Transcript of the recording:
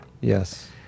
Yes